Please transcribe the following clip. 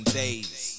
days